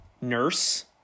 nurse